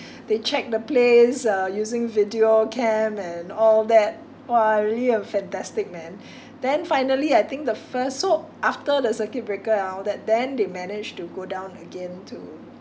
they check the place uh using video cam and all that !wah! really a fantastic man then finally I think the first so after the circuit breaker and all that then they managed to go down again to